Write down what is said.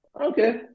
Okay